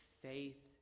faith